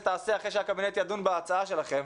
תעשה אחרי שהקבינט ידון בהצעה שלכם,